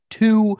two